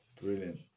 Brilliant